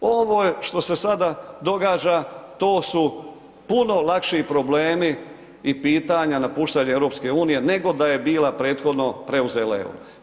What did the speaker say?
Ovo je, što se sada događa, to su puno lakši problemi i pitanja napuštanja EU nego da je bila prethodno preuzela euro.